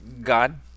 God